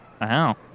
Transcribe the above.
Wow